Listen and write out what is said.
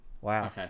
Wow